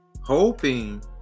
hoping